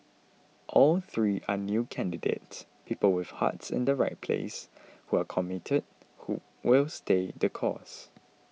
all three are new candidates people with hearts in the right place who are committed who will stay the course